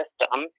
system